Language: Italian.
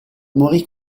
morì